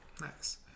nice